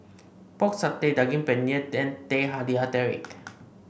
Pork Satay Daging Penyet and Teh Halia Tarik